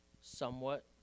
somewhat